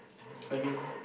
I mean